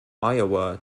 iowa